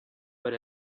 but